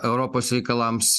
europos reikalams